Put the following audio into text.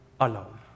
alone